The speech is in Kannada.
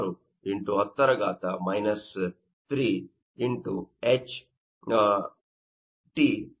56 X 10 3 X HT ಆಗಿದೆ